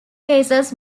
cases